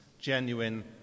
Genuine